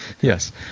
Yes